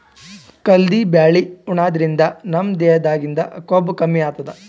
ಕಲ್ದಿ ಬ್ಯಾಳಿ ಉಣಾದ್ರಿನ್ದ ನಮ್ ದೇಹದಾಗಿಂದ್ ಕೊಬ್ಬ ಕಮ್ಮಿ ಆತದ್